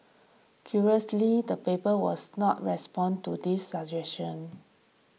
curiously the paper was not responded to this suggestion